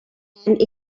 and